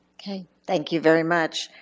okay, thank you very much.